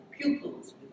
Pupils